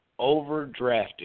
overdrafted